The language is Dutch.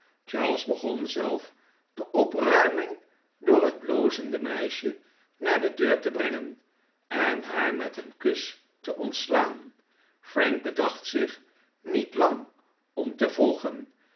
charles begon zelf de opruiming door het blozende meisje naar de deur te brengen en haar met een kus te ontslaan frank bedacht zich niet lang om te volgen